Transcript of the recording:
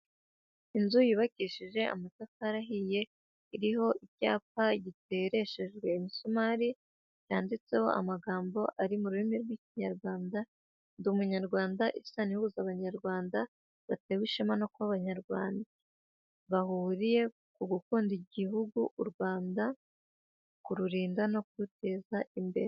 Inzu yubakishije amatafari ahiye, iriho icyapa gitereshejwe imisumari, cyanditseho amagambo ari mu rurimi rw'Ikinyarwanda:"Ndi Umunyarwanda, isano ihuza Abanyarwanda batewe ishema no kuba Abanyarwanda, bahuriye ku gukunda lgihugu u Rwanda, kururinda no kuruteza imbere".